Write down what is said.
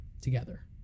together